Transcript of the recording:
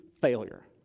failure